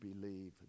believe